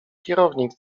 kierownik